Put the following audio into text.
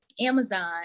Amazon